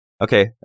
Okay